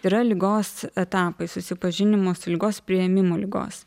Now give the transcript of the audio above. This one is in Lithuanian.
yra ligos etapai susipažinimo su ligos priėmimo ligos